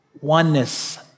oneness